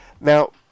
Now